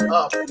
up